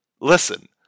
Listen